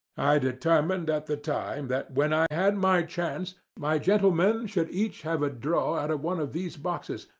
i determined at the time that when i had my chance, my gentlemen should each have a draw out of one of these boxes,